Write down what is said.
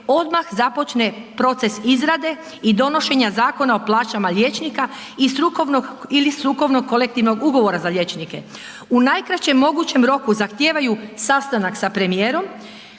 odmah započne proces izrade i donošenje zakona o plaćama liječnika i strukovnog ili strukovnog kolektivnog ugovora za liječnike. U najkraćem mogućem roku zahtijevaju sastanak sa premijerom,